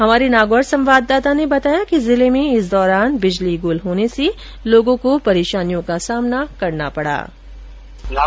हमारे नागौर संवाददाता ने बताया कि जिले में इस दौरान बिजली गुल होने से लोगों को परेशानी का सामना करना पड़ा